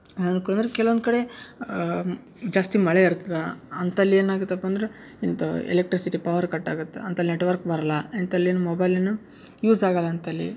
ಅನನುಕೂಲ ಅಂದ್ರೆ ಕೆಲ್ವೊಂದು ಕಡೆ ಜಾಸ್ತಿ ಮಳೆ ಇರ್ತದೆ ಅಂಥಲ್ಲಿ ಏನಾಗುತ್ತಪ್ಪ ಅಂದ್ರೆ ಇಂಥ ಎಲೆಕ್ಟ್ರಿಸಿಟಿ ಪವರ್ ಕಟ್ ಆಗತ್ತೆ ಅಂಥಲ್ಲಿ ನೆಟ್ವರ್ಕ್ ಬರಲ್ಲ ಇಂಥಲ್ಲಿನ ಮೊಬೈಲ್ ಏನು ಯೂಸ್ ಆಗಲ್ಲ ಅಂಥಲ್ಲಿ